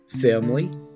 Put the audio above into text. family